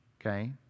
okay